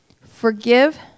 Forgive